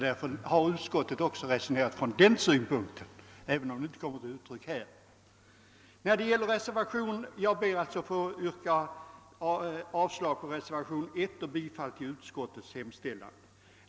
Därför har utskottet också resonerat från den utgångspunkten, även om det inte har kommit till uttryck i skrivningen. Herr talman! Jag ber att få yrka avslag på reservationen I och bifall till utskottets hemställan.